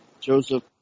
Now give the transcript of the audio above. Joseph